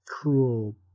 cruel